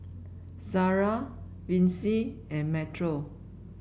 Sarrah Vicy and Metro